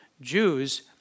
Jews